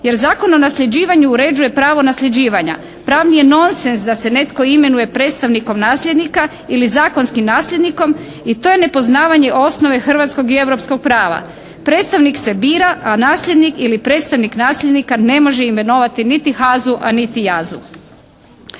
jer Zakon o nasljeđivanju uređuje pravo nasljeđivanja. Pravni je nonsens da se netko imenuje predstavnikom nasljednika ili zakonskim nasljednikom i to je nepoznavanje osnove hrvatskog i europskog prava. Predstavnik se bira, a nasljednik ili predstavnik nasljednika ne može imenovati niti HAZU, a niti JAZU.